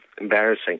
embarrassing